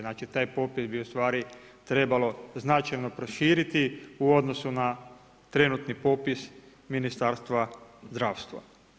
Znači, taj popis bi u stvari trebalo značajno proširiti u odnosu na trenutni popis Ministarstva zdravstva.